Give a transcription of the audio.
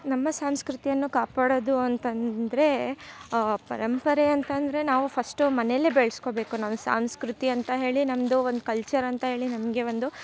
ನಮ್ಮ ಸಂಸ್ಕೃತಿಯನ್ನು ಕಾಪಾಡೋದು ಅಂತಂದರೆ ಪರಂಪರೆ ಅಂತಂದರೆ ನಾವು ಫಸ್ಟು ಮನೆಯಲ್ಲೇ ಬೆಳ್ಸ್ಕೊಬೇಕು ನಾವು ಸಾಂಸ್ಕೃತಿ ಅಂತ ಹೇಳಿ ನಮ್ಮದು ಒಂದು ಕಲ್ಚರಂತ ಹೇಳಿ ನಮಗೆ ಒಂದು